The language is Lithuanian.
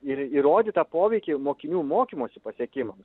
ir įrodytą poveikį mokinių mokymosi pasiekimams